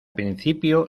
principio